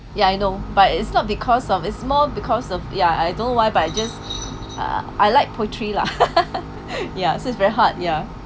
ya I know but it's not because of it's more because of yeah I don't know why but I just uh I like poultry lah ya so it's very hard ya